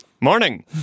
Morning